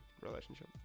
relationship